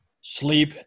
sleep